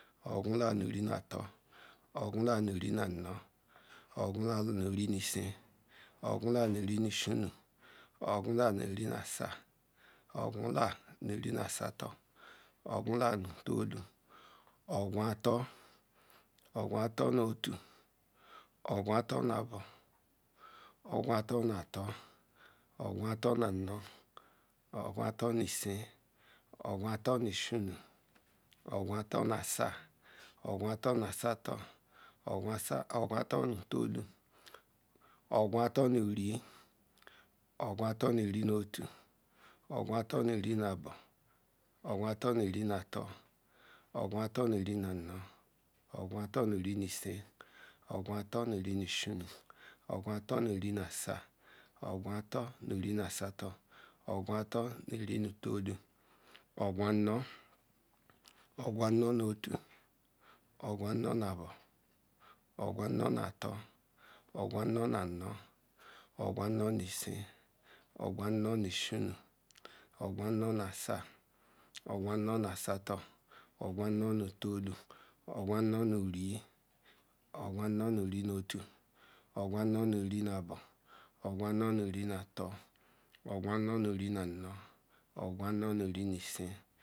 ogun laru nu iri nu atol ogun laru nu iri nu anu ogun laru nu iri nu isin ogun laru nu iri nu ishinu ogun laru nu iri nu asa ogun laru nu iri nu asatol ogun laru nu iri nu tatu ogun atol ogun atol nu otu ogun atol nu abo ogun atol nu atol ogun atol nu anu ogun atol nu isin ogun atol nu ishin ogun atol nu asa ogun atol nu asatol ogun atol nu tolu ogun atol nu iri ogun atol nu iri ntu otu ogun atol nu iri nu abo ogun atol nu iri nu atol ogun atol nu iri nu isin ogun atol nu iri nu ishinu ogun atol nu iri nu asa ogun atol nu iri nu asatol ogun atol nu iri nu tolu ogun anu ogun anu nu otu ogun anu nu abo ogun anu nu atol ogun anu nu anu ogun anu nu isin ogun anu nu ishinu ogun anu nu asa ogun anu nu osatol ogun anu nu tolu ogun anu nu iri ogun anu nu iri nu otu ogun anu nu iri nu abo ogun anu nu iri nu atol ogun anu nu iri nu anu ogun anu nu iri nu isin.